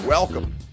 Welcome